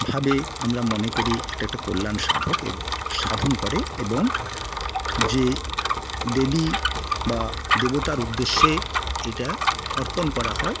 ভাবে আমরা মনে করি এটা একটা কল্যাণ সাধন করে এবং যে দেবী বা দেবতার উদ্দেশ্যে এটা অর্পণ করা হয়